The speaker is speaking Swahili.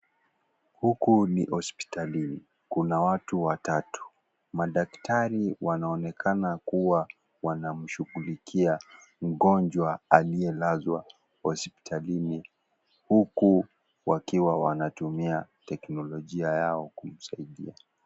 Huku ni hospitalini kuna watu watatu. Madaktari wanaonekana kuwa wanamshughulikia mgonjwa aliyelazwa hospitalini huku wakiwa wanatumia teknolojia yao kumsaidia.